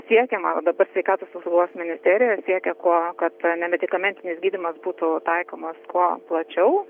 siekiama dabar sveikatos apsaugos ministerija siekia ko kad ta nemedikamentinis gydymas būtų taikomas kuo plačiau